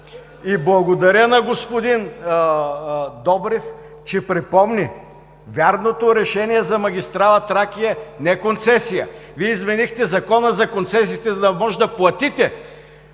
Благодаря на господин Добрев, че припомни вярното решение за магистрала „Тракия“, не концесия. Вие изменихте Закона за концесиите, за да може да платите,